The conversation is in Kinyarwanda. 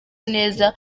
neza